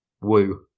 woo